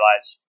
lives